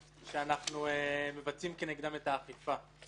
שאנחנו מבצעים כנגדם את האכיפה.